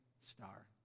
star